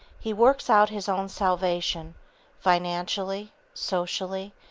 he works out his own salvation financially, socially,